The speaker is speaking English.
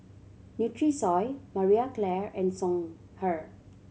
Nutrisoy Marie Claire and Songhe